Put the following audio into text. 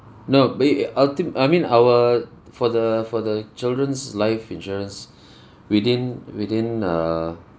no ba~ uh ultim~ I mean our for the for the children's life insurance we didn't we didn't err